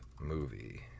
movie